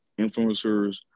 influencers